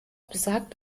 besagt